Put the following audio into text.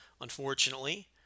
unfortunately